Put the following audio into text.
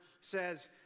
says